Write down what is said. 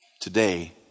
Today